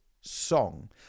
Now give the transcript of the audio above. song